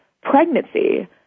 pregnancy